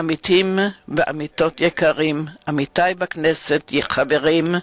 עמיתים ועמיתות יקרים, עמיתי בכנסת, חברים,